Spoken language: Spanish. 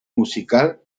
musical